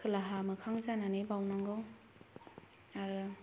खोलाहा मोखां जानानै बावनांगौ आरो